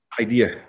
idea